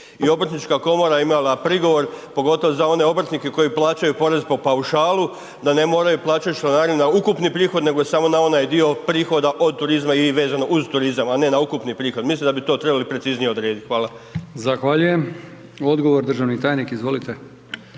I obrtnička komora je imala prigovor, pogotovo za one obrtnike koji plaćaju porez po paušalu da ne moraju plaćati članarine ukupnog prihoda nego samo na onaj dio prihoda od turizma i vezano uz turizam, a ne na ukupni prihod, mislim da bi to trebali preciznije odrediti. Hvala. **Brkić, Milijan (HDZ)** Zahvaljujem. Odgovor, državni tajnik, izvolite.